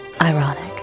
Ironic